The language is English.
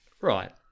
Right